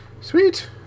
Sweet